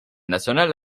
nationale